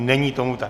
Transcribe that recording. Není tomu tak.